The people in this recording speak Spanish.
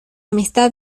amistad